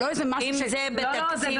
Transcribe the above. לא, זה בבסיס.